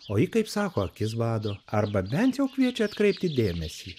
o ji kaip sako akis bado arba bent jau kviečia atkreipti dėmesį